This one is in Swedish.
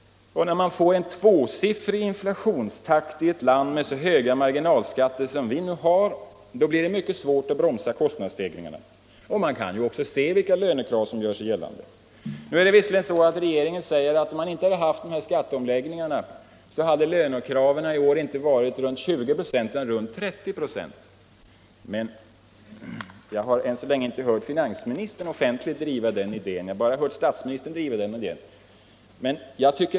När man får en tvåsiffrig inflationstakt i ett land med så höga marginalskatter som vi har blir det mycket svårt att bromsa kostnadsstegringarna. Man kan också se vilka lönekrav som nu gör sig gällande. Regeringen säger att utan de här skatteomläggningarna hade lönekraven i år inte varit omkring 20 96 utan omkring 30 96. Jag har än så länge inte hört finansministern offentligt driva den idén — jag har bara hört statsministern driva den.